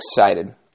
excited